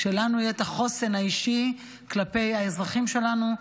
כשלנו יהיה את החוסן האישי כלפי האזרחים שלנו,